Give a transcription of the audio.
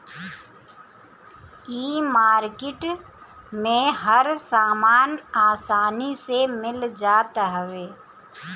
इ मार्किट में हर सामान आसानी से मिल जात हवे